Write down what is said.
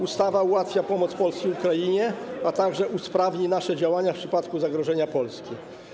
Ustawa ułatwi pomoc Polski dla Ukrainy, a także usprawni nasze działania w przypadku zagrożenia Polski.